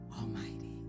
Almighty